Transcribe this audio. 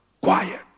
quiet